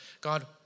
God